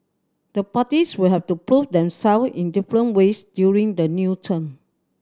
the parties will have to prove themself in different ways during the new term